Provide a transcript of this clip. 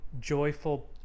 joyful